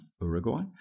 Uruguay